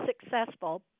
successful